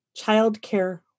childcare